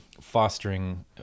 fostering